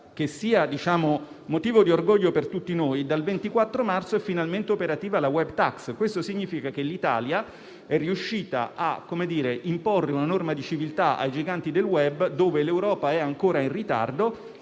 che sia motivo di orgoglio per tutti noi: dal 24 marzo è finalmente operativa la *web tax*. Questo significa che l'Italia è riuscita a imporre una norma di civiltà ai giganti del *web*, dove l'Europa è ancora in ritardo